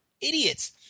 idiots